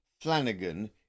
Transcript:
Flanagan